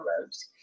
roads